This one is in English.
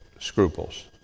scruples